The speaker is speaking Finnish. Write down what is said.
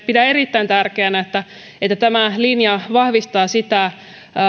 pidän erittäin tärkeänä että että tämä linja vahvistaa